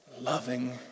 loving